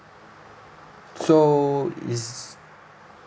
so is